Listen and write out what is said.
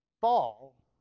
fall